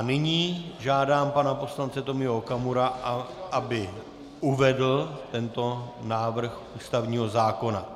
Nyní žádám pana poslance Tomia Okamuru, aby uvedl tento návrh ústavního zákona.